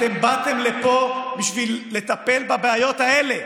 אתם באתם לפה בשביל לטפל בבעיות האלה,